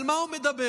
על מה הוא מדבר?